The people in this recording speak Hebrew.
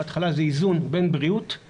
בהתחלה זה איזון בין בריאות לבין כלכלה.